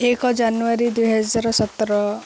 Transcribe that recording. ଏକ ଜାନୁଆରୀ ଦୁଇହଜାର ସତର